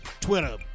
Twitter